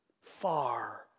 far